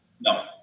No